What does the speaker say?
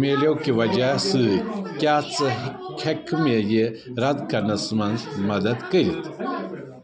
مِلیو کہِ وجہ سۭتۍ کیٛاہ ژٕ ہٮ۪ککھٕ مےٚ یہِ رد کرنَس منٛز مدتھ کٔرِتھ